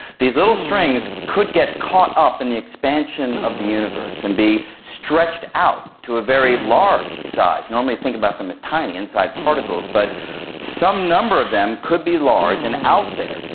these little strings could get caught up in the expansion of the universe and be stretched out to a very large size. we normally think about them as tiny inside particles, but some number of them could be large and out there.